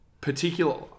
particular